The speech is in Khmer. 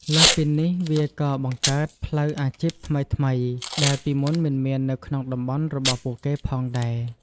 លើសពីនេះ វាក៏បង្កើតផ្លូវអាជីពថ្មីៗ ដែលពីមុនមិនមាននៅក្នុងតំបន់របស់ពួកគេផងដែរ។